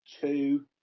Two